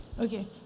Okay